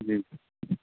جی